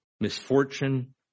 misfortune